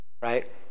right